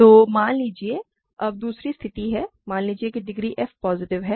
तो मान लीजिए कि अब दूसरी स्थिति है मान लीजिए कि डिग्री f पॉजिटिव है